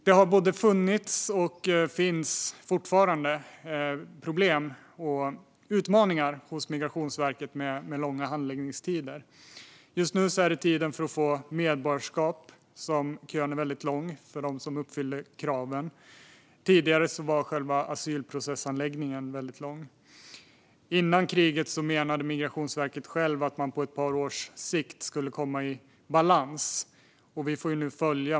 Det både har funnits och finns fortfarande problem och utmaningar hos Migrationsverket med långa handläggningstider. Just nu är kötiden för att få medborgarskap, för dem som uppfyller kraven, väldigt lång. Tidigare var tiden för själva asylprocesshandläggningen väldigt lång. Före kriget menade Migrationsverket självt att man skulle komma i balans på ett par års sikt.